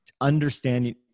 understanding